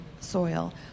soil